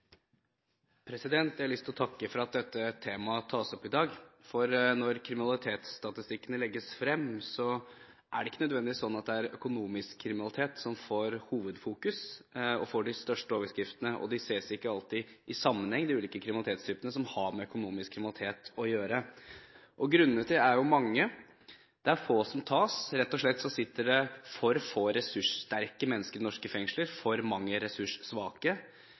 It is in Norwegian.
har lyst til å takke for at dette temaet tas opp i dag. Når kriminalitetsstatistikkene legges frem, er det ikke nødvendigvis slik at det er økonomisk kriminalitet som får hovedfokus og de største overskriftene, og de ulike kriminalitetstypene som har med økonomisk kriminalitet å gjøre, ses ikke alltid i sammenheng. Grunnene til det er mange. Det er få som tas. Det sitter rett og slett for få ressurssterke mennesker i norske fengsler og for mange ressurssvake.